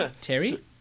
Terry